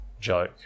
joke